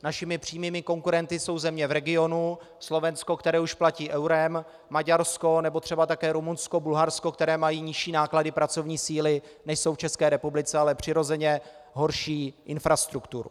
Našimi přímými konkurenty jsou země v regionu, Slovensko, které už platí eurem, Maďarsko nebo třeba také Rumunsko, Bulharsko, které mají nižší náklady na pracovní síly, než jsou v České republice, ale přirozeně horší infrastrukturu.